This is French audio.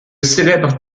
célèbre